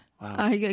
Wow